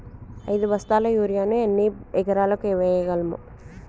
ఐదు బస్తాల యూరియా ను ఎన్ని ఎకరాలకు వేయగలము?